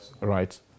Right